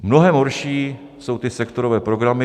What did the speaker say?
Mnohem horší jsou ty sektorové programy.